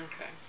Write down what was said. Okay